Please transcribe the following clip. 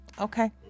okay